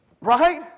Right